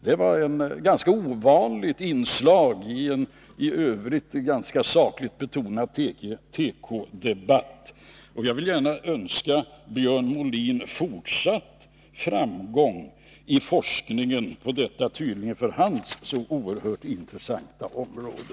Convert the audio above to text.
Det var ett ganska ovanligt inslag i en i övrigt ganska sakligt betonad tekodebatt, och jag vill gärna önska Björn Molin fortsatt framgång i forskningen på detta tydligen för hans del så oerhört intressanta område.